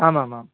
आमामां